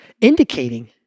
indicating